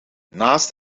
naast